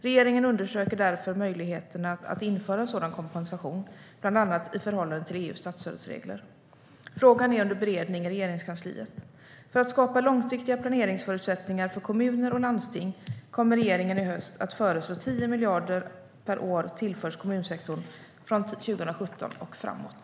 Regeringen undersöker därför möjligheterna att införa en sådan kompensation, bland annat i förhållande till EU:s statsstödsregler. Frågan är under beredning inom Regeringskansliet. För att skapa långsiktiga planeringsförutsättningar för kommuner och landsting kommer regeringen i höst att föreslå att 10 miljarder kronor per år tillförs kommunsektorn för 2017 och framåt.